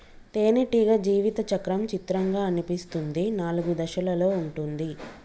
తేనెటీగ జీవిత చక్రం చిత్రంగా అనిపిస్తుంది నాలుగు దశలలో ఉంటుంది